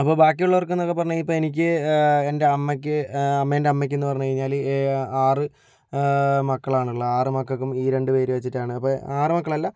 അപ്പോ ബാക്കിയുള്ളവർക്ക് എന്നൊക്കെ പറഞ്ഞാൽ ഇപ്പം എനിക്ക് എന്റെ അമ്മയ്ക്ക് അമ്മേന്റെ അമ്മയ്ക്ക് എന്ന് പറഞ്ഞ് കഴിഞ്ഞാൽ ആറ് മക്കളാണ് ഉള്ളത് ആറ് മക്കൾക്കും ഈ രണ്ട് പേര് വച്ചിട്ടാണ് അപ്പം ആറ് മക്കളല്ല